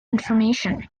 information